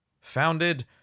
Founded